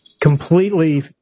completely